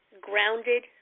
grounded